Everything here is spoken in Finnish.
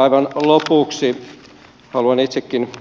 aivan lopuksi haluan itsekin